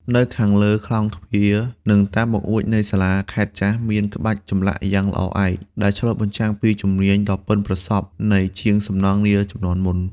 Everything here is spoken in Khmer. នៅខាងលើក្លោងទ្វារ និងតាមបង្អួចនៃសាលាខេត្តចាស់ មានក្បាច់ចម្លាក់យ៉ាងល្អឯក ដែលឆ្លុះបញ្ចាំងពីជំនាញដ៏ប៉ិនប្រសប់នៃជាងសំណង់នាជំនាន់មុន។